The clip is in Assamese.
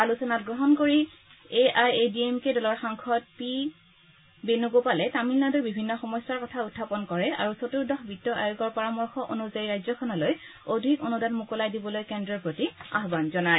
আলোচনাত গ্ৰহণ কৰি A I A D M K দলৰ সাংসদ পি বেণু গোপালে তামিলনাডুৰ বিভিন্ন সমস্যাৰ কথা উখাপন কৰে আৰু চতুৰ্দশ বিত্ত আয়োগৰ পৰামৰ্শ অনুযায়ী ৰাজ্যখনলৈ অধিক অনুদান মোকলাই দিবলৈ কেদ্ৰৰ প্ৰতি আহান জনায়